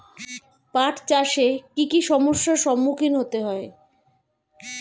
পাঠ চাষে কী কী সমস্যার সম্মুখীন হতে হয়?